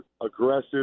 aggressive